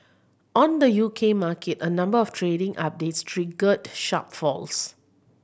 on the U K market a number of trading updates triggered sharp falls